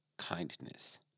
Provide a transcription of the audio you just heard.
kindness